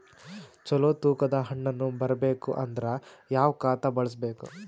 ಚಲೋ ತೂಕ ದ ಹಣ್ಣನ್ನು ಬರಬೇಕು ಅಂದರ ಯಾವ ಖಾತಾ ಬಳಸಬೇಕು?